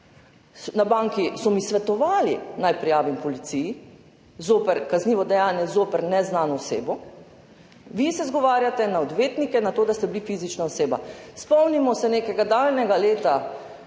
Na banki so mi svetovali, naj prijavim policiji kaznivo dejanje zoper neznano osebo. Vi se izgovarjate na odvetnike, na to, da ste bili fizična oseba. Spomnimo se nekega daljnega leta